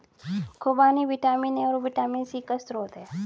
खूबानी vitamin A और vitamin C का स्रोत है